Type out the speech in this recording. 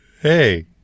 Hey